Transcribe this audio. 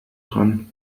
dran